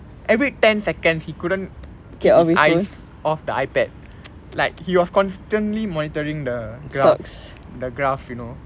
every ten seconds he couldn't keep his eyes of the ipad like he was constantly monitoring the graph the graphs you know